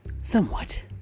somewhat